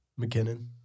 McKinnon